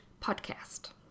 PODCAST